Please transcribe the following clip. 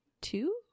two